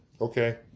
okay